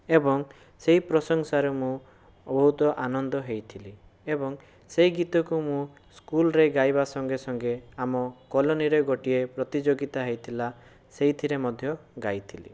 ଏବଂ ସେହି ପ୍ରଶଂସାରେ ମୁଁ ବହୁତ ଆନନ୍ଦ ହୋଇଥିଲି ଏବଂ ସେହି ଗୀତକୁ ମୁଁ ସ୍କୁଲରେ ଗାଇବା ସଙ୍ଗେ ସଙ୍ଗେ ଆମ କଲୋନୀରେ ଗୋଟିଏ ପ୍ରତିଯୋଗିତା ହୋଇଥିଲା ସେହିଥିରେ ମଧ୍ୟ ଗାଇଥିଲି